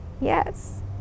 Yes